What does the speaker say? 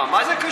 מה, מה זה קשור?